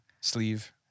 Sleeve